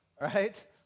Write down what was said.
right